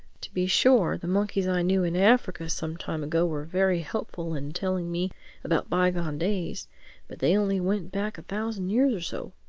to be sure, the monkeys i knew in africa some time ago were very helpful in telling me about bygone days but they only went back a thousand years or so.